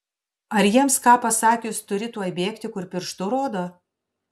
ar jiems ką pasakius turi tuoj bėgti kur pirštu rodo